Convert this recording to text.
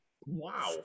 Wow